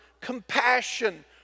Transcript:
compassion